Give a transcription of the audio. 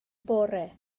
bore